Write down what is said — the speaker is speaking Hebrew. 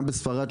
גם בספרד.